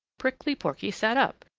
prickly porky sat up,